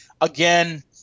Again